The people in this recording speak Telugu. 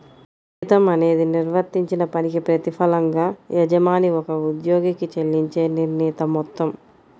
జీతం అనేది నిర్వర్తించిన పనికి ప్రతిఫలంగా యజమాని ఒక ఉద్యోగికి చెల్లించే నిర్ణీత మొత్తం